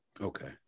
Okay